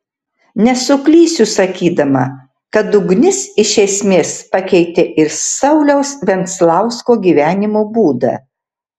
nesuklysiu sakydama kad ugnis iš esmės pakeitė ir sauliaus venclausko gyvenimo būdą